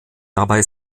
dabei